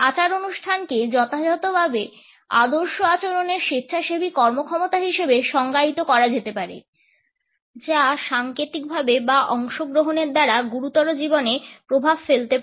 আচার অনুষ্ঠানকে যথাযথভাবে আদর্শ আচরণের স্বেচ্ছাসেবী কর্মক্ষমতা হিসেবে সংজ্ঞায়িত করা যেতে পারে যা সাঙ্কেতিকভাবে বা অংশগ্রহণের দ্বারা গুরুতর জীবনে প্রভাব ফেলতে পারে